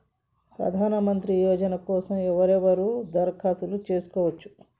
ప్రధానమంత్రి యోజన కోసం ఎవరెవరు దరఖాస్తు చేసుకోవచ్చు?